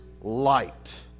light